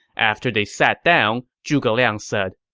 after they sat down, zhuge liang said,